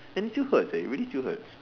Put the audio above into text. and it still hurts eh it really still hurts